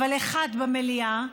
אבל אחד במליאה,